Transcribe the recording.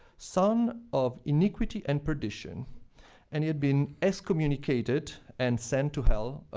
son of iniquity and perdition and had been ex-communicated and sent to hell,